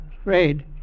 afraid